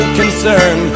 concern